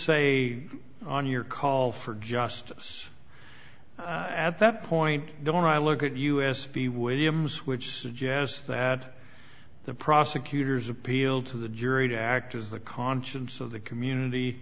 say on your call for justice at that point don't i look at us the williams which suggests that the prosecutors appeal to the jury to act as the conscience of the community